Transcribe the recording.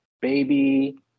baby